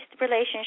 relationship